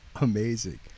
amazing